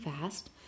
fast